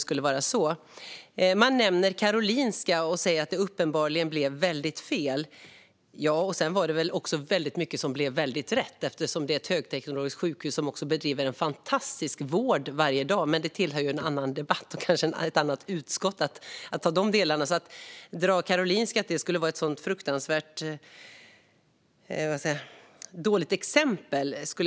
Magnus Manhammar nämner Karolinska och säger att det uppenbarligen blev väldigt fel. Men sedan var det väl mycket som blev väldigt rätt också. Det är ju ett högteknologiskt sjukhus som bedriver en fantastisk vård varje dag. Men det tillhör en annan debatt, och det är kanske ett annat utskott som ska ta hand om de delarna.